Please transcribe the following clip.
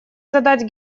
задать